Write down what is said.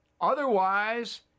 Otherwise